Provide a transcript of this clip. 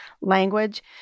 language